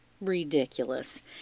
Ridiculous